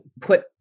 put